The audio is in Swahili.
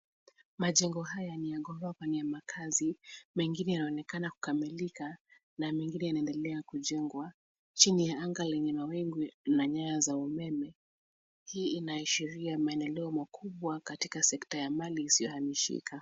Majengo haya ya maghorofa ni ya makazi. Mengine yanaonekana kukamilika na mengine yanaendelea kujengwa chini ya anga lenye mawingu na nyaya za umeme. Hii inaashiria maendeleo makubwa katika sekta ya mali isiyohamishika.